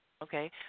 Okay